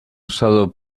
usado